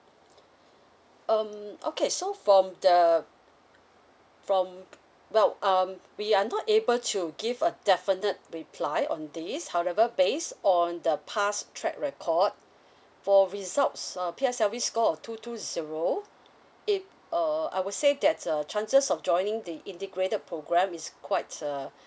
um okay so from the from nope um we are not able to give a definite reply on this however base on the past track record for results appear service got a two two zero it uh I would say that's uh chances of joining the integrated program is quite uh